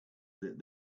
that